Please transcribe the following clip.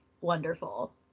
wonderful